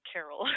Carol